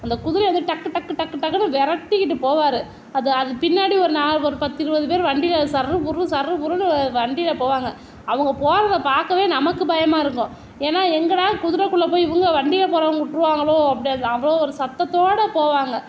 அந்த குதிரைய வந்து டக்கு டக்குன்னு டக்கு டக்குன்னு விரட்டிக்கிட்டு போவார் அது அது பின்னாடி ஒரு நான் ஒரு பத்து இருபது பேர் வண்டியில் சர்ரு புர்ரு சர்ரு புர்ருனு வண்டியில் போவாங்க அவங்க போகிறத பார்க்கவே நமக்கு பயமாக இருக்கும் ஏன்னா எங்கடா குதிரைக்குள்ளே போய் இவங்க வண்டியில் போறவங்க விட்டுருவாங்களோ அப்படி அவ்வளோ ஒரு சத்தத்தோடு போவாங்க